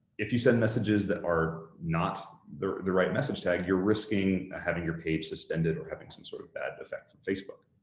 if you send messages that are not the the right message tag, you're risking having your page suspended or having some sort of bad effect on facebook.